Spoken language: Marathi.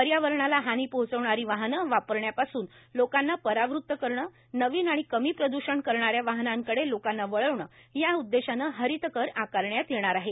पर्यावरणाला हानी पोचवणारी वाहने वापरण्यापासून लोकांना परावृत करण नवीन आणि कमी प्रद्षण करणाऱ्या वाहनांकडे लोकांना वळवण या उद्देशान हरित कर आकारण्यात येणार आहे